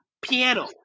piano